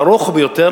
ארוך ביותר,